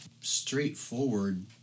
straightforward